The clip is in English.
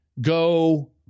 go –